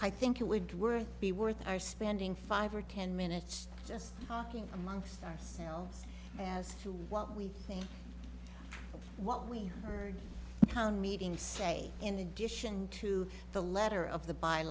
i think it would work be worth our spending five or ten minutes just talking amongst ourselves as to what we think what we heard town meeting say in addition to the letter of the by